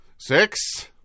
Six